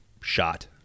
shot